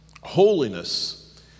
holiness